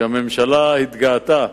שהממשלה התגאתה,